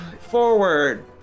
forward